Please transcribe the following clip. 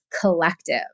Collective